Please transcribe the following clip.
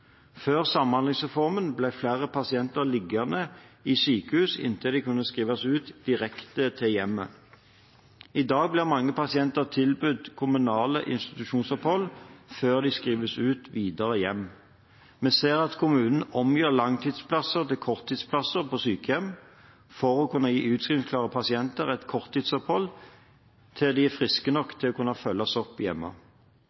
Før samhandlingsreformen ble flere pasienter liggende på sykehus inntil de kunne skrives ut direkte til hjemmet. I dag blir mange pasienter tilbudt kommunale institusjonsopphold før de skrives ut videre, til hjemmet. Vi ser at kommuner omgjør langtidsplasser til korttidsplasser på sykehjem for å kunne gi utskrivningsklare pasienter et korttidsopphold til de er friske nok til å kunne følges opp hjemme.